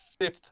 fifth